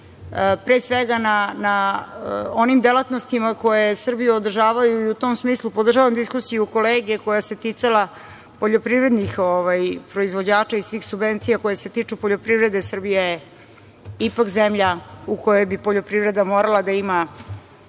pre svega na onim delatnostima koje Srbiju održavaju i u tom smislu podržavam diskusiju kolege koja se ticala poljoprivrednih proizvođača i svih subvencija koje se tiču poljoprivrede. Srbija je ipak zemlja u kojoj bi poljoprivreda morala da ima